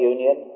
Union